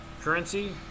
currency